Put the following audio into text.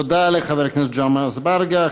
תודה לחבר הכנסת ג'מעה אזברגה.